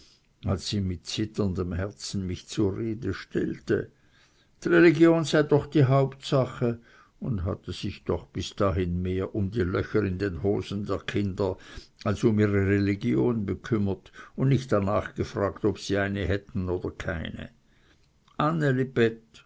als sie mit zitterndem herzen mich zur rede stellte dreligion sei doch die hauptsache und hatte sich doch bis dahin mehr um die löcher in den hosen der kinder als um ihre religion bekümmert und nicht darnach gefragt ob sie eine oder keine